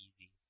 easy